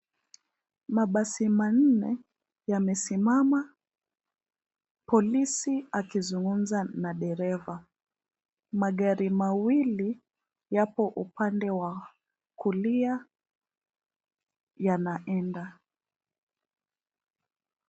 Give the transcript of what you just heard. Mabasi manne yamesimama polisi akizungumza na dereva. Magari mawili yapo upande wa kulia yanaenda.